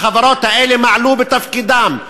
החברות האלה מעלו בתפקידן,